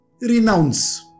Renounce